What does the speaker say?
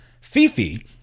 Fifi